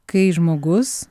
kai žmogus